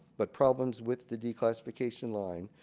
but problems with the declassification line.